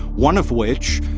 one of which,